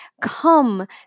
come